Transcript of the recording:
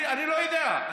אני לא יודע.